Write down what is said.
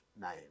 name